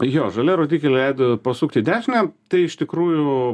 jo žalia rodyklė leido pasukt į dešinę tai iš tikrųjų